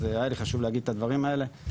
אז היה לי חשוב להגיד את הדברים האלה.